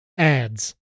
Ads